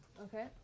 Okay